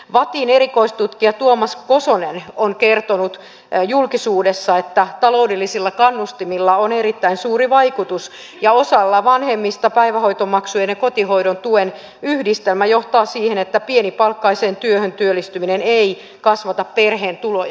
vattin erikoistutkija tuomas kosonen on kertonut julkisuudessa että taloudellisilla kannustimilla on erittäin suuri vaikutus ja osalla vanhemmista päivähoitomaksujen ja kotihoidon tuen yhdistelmä johtaa siihen että pienipalkkaiseen työhön työllistyminen ei kasvata perheen tuloja